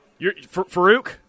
Farouk